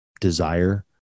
desire